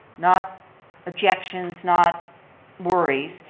not objections, not worries,